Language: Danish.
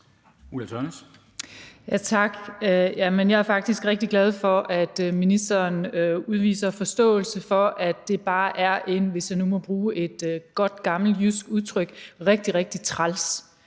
jeg er faktisk rigtig glad for, at ministeren udviser forståelse for, at det bare er – hvis jeg nu må bruge et godt gammelt jysk udtryk – rigtig, rigtig træls,